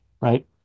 right